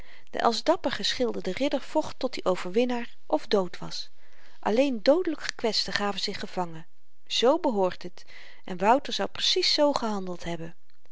de als dapper geschilderde ridder vocht tot i overwinnaar of dood was alleen doodelyk gekwetsten gaven zich gevangen z behoort het en wouter zou precies zoo gehandeld hebben